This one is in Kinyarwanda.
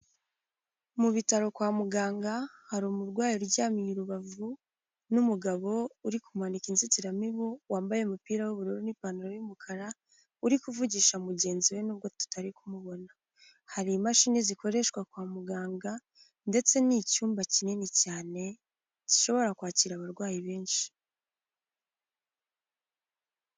Mu bitaro kwa muganga, hari umurwayi uryamiye urubavu, n'umugabo uri kumanika inzitiramibu, wambaye umupira w'ubururu n'ipantaro y'umukara, uri kuvugisha mugenzi we n'ubwo tutari kumubona, hari imashini zikoreshwa kwa muganga, ndetse ni icyumba kinini cyane, gishobora kwakira abarwayi benshi.